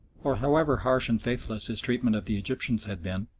or however harsh and faithless his treatment of the egyptians had been,